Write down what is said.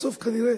בסוף, כנראה,